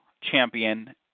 champion